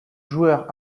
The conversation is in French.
joueur